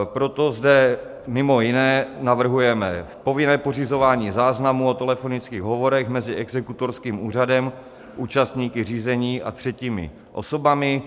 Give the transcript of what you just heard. Proto zde mimo jiné navrhujeme povinné pořizování záznamu o telefonických hovorech mezi exekutorským úřadem, účastníky řízení a třetími osobami.